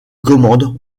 commande